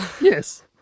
Yes